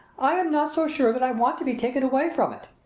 i am not so sure that i want to be taken away from it.